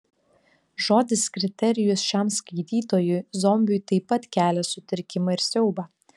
žodis kriterijus šiam skaitytojui zombiui taip pat kelia sutrikimą ir siaubą